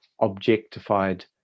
objectified